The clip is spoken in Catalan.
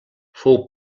fou